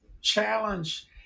Challenge